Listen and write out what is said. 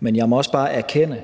Men jeg må også bare erkende,